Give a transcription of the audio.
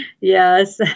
Yes